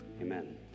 Amen